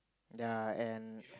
yea and